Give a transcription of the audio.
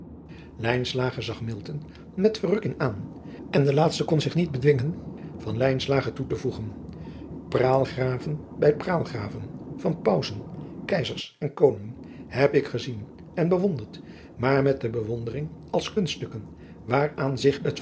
zag milton met verrukking aan en de laatste kou zich niet bedwingen van lijnslager toe te voegen praalgraven bij praalgraven van pausen keizers en koningen heb ik gezien en bewonderd maar met de bewondering als kunststukken waaraan zich het